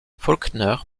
faulkner